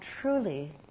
truly